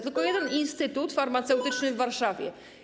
Tylko jeden Instytut Farmaceutyczny w Warszawie.